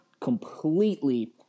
completely